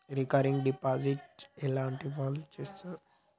Recurring deposit ఎట్లాంటి వాళ్లు చేత్తరు?